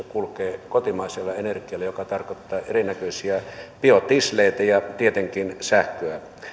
kulkee kotimaisella energialla joka tarkoittaa erinäköisiä biodieseleitä ja tietenkin sähköä